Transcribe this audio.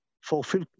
fulfill